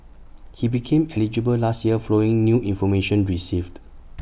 he became eligible last year following new information received